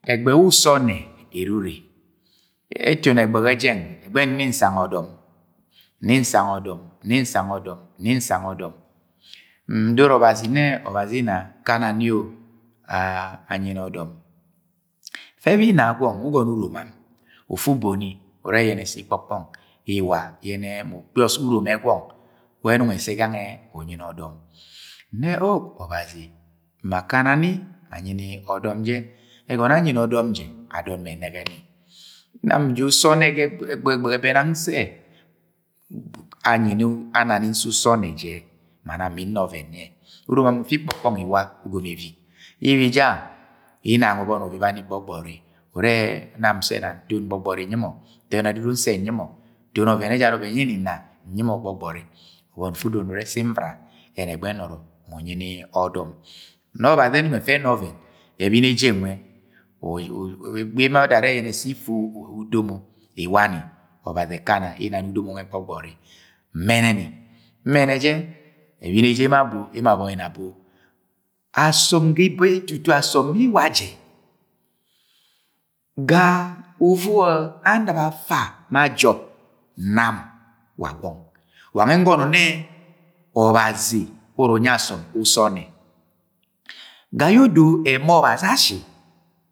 Eseshe uso ọnne erure, Etoni eghe ẹghẹ jeng ẹgbẹghẹ nni nsang odọm, nni sang ọdọmi, nni nsang ọdọm. Ndoro obazi nnẹ obazi ina kana ni o anyi ni ọdọm. Ẹfẹ ẹbi ina gwọna wẹ ugọnọ uromam ufu ubo ni ure yẹnẹ se ikpok pọng iwa yẹnẹ mu ukpi uromẹ gwọng wẹ ẹnọng ẹsẹ gangẹ unyi ni ọdọm Nnẹ o Ọbazi ma akana ni anyi ni ọdọm jẹ, ẹgọnọ yẹ anyi ni ọdọm jẹ adọn mẹ ẹnẹgẹ ni. Nam ja uso ọnne ga ẹgbẹghẹ be nang nsẹ. Ana ni nse uso ọnnẹ je, ma nam mi nna ọvẹn nyi yẹ uromam ifi ikpọkpọng iwa ugom Efik ibija, ina nwẹ ubeni ubibba ni gbọgbọri urẹ nam nse nan? Nton gbọgbọri nyi mo, nton ẹdudu ye nse nyi mọ nton ọvẹn ejara ọvẹn ye nni nna nyi mọ gbọgbori, uboni ufu udoro ni ure se nvra yẹnẹ ẹgbẹghẹ ye ẹnoro yẹnẹ mu anyi ni ọdọm Ne Ọbazi enọng ẹfẹ ẹna ọvẹn ẹbinj eje nwe ẹgbẹghẹ ye emo adoro arẹ sẹ ifu udomo, iwani, Ọbazi ẹkana inani udomo nwe gbọgbọri nbẹnẹ ni, nbẹnẹ jẹ, ẹbini eje yẹ emo abo, emo abọni abo asọm ga ẹba itutu asọm yẹ iwa je ga uvugo anɨb afa ma jọp, nam wa gwọng wa gange ngọnọ nnẹ ọbazi uru unyi asọm uso ọnnẹ, ga ye odo ema Ọbazi asi.